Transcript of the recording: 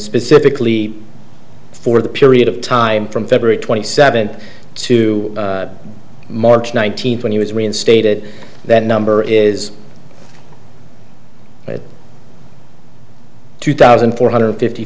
specifically for the period of time from february twenty seventh to march nineteenth when he was reinstated that number is two thousand four hundred fifty